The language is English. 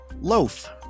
loaf